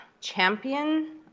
champion